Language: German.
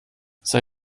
sei